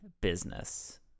business